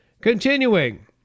Continuing